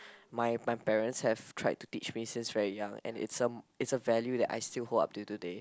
my my parents have tried to teach me since very young and it's a it's a value that I still hold up to today